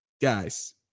guys